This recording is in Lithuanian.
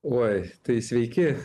oj tai sveiki